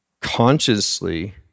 consciously